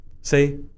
Say